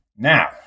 Now